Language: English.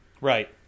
Right